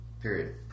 Period